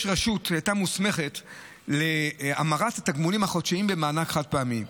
יש רשות שהייתה מוסמכת להמרת התגמולים החודשיים במענק חד-פעמי,